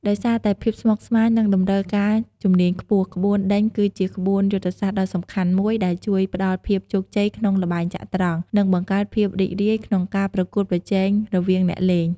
ដោយសារតែភាពស្មុគស្មាញ និងតម្រូវការជំនាញខ្ពស់ ក្បួនដេញគឺជាក្បួនយុទ្ធសាស្ត្រដ៏សំខាន់មួយ ដែលជួយផ្តល់ភាពជោគជ័យក្នុងល្បែងចត្រង្គ និងបង្កើតភាពរីករាយក្នុងការប្រកួតប្រជែងរវាងអ្នកលេង។